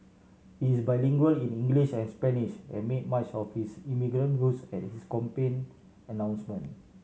he is bilingual in English and Spanish and made much of his immigrant roots at his campaign announcement